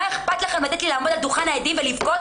מה אכפת להם לתת לי לעמוד לדוכן העדים ולבכות,